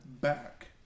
back